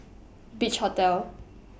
Beach Hotel